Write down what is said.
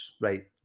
Right